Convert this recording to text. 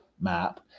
map